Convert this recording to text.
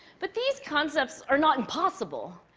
but these concepts are not impossible,